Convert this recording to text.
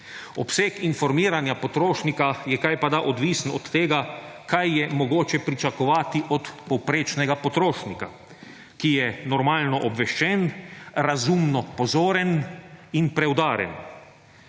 Obseg informiranja potrošnika je kajpada odvisen od tega, kaj je mogoče pričakovati od povprečnega potrošnika, ki je normalno obveščen, razumno pozoren in preudaren.